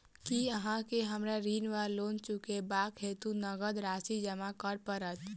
की अहाँ केँ हमरा ऋण वा लोन चुकेबाक हेतु नगद राशि जमा करऽ पड़त?